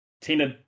Tina